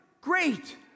great